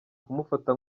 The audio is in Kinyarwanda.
kumufata